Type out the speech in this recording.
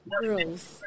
girls